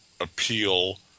appeal